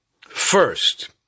First